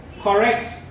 correct